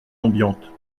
ambiante